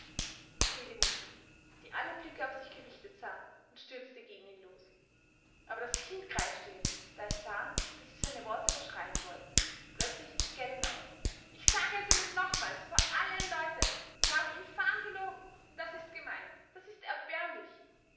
schrie die mutter die alle blicke auf sich gerichtet sah und stürzte gegen ihn los aber das kind kreischte jetzt da es sah daß sie seine worte überschreien wollten plötzlich gellend auf ich sage es ihnen nochmals vor allen leuten sie haben infam gelogen und das ist gemein das ist erbärmlich